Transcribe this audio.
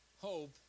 hope